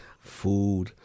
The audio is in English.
food